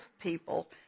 people